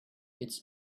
its